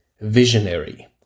visionary